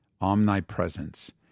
omnipresence